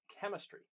chemistry